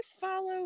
follow